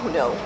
no